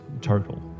total